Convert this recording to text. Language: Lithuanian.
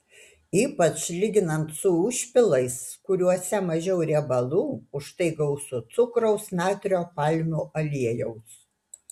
ypač lyginant su užpilais kuriuose mažiau riebalų užtai gausu cukraus natrio palmių aliejaus